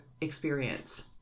experience